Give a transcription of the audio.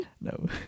No